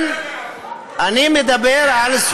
אני מדבר על זכויות,